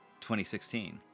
2016